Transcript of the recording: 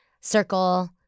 circle